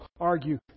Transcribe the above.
argue